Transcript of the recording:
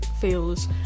feels